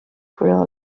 couleurs